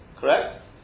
correct